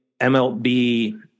MLB